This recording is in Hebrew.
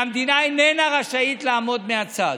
והמדינה איננה רשאית לעמוד מהצד.